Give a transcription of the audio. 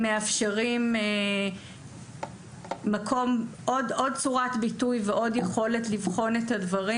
שמאפשרים עוד צורת ביטוי ועוד יכולת לבחון את הדברים.